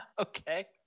Okay